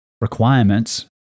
requirements